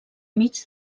mig